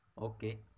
Okay